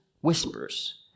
whispers